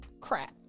crap